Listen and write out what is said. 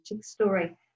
story